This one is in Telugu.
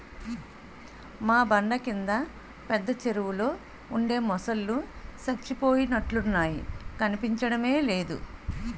మా బండ కింద పెద్ద చెరువులో ఉండే మొసల్లు సచ్చిపోయినట్లున్నాయి కనిపించడమే లేదు